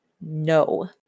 No